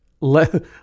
Let